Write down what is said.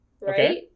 right